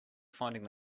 finding